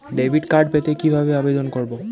Debit card পেতে কিভাবে আবেদন করব?